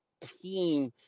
team